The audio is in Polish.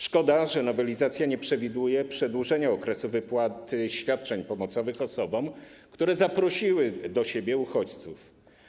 Szkoda, że nowelizacja nie przewiduje przedłużenia okresu wypłaty świadczeń pomocowych osobom, które zaprosiły do siebie uchodźców.